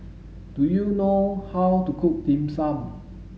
do you know how to cook dim sum